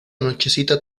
nochecita